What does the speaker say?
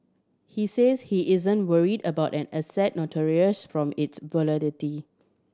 he says he isn't worried about an asset notorious from its volatility